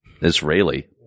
Israeli